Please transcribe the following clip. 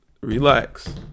Relax